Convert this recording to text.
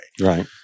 Right